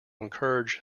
encourage